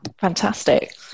Fantastic